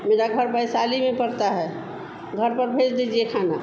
मेरा घर वैशाली में पड़ता है घर पर भेज दीजिए खाना